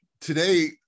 today